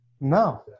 no